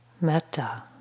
metta